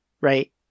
right